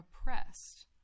oppressed